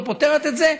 לא פותרת את זה?